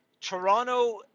Toronto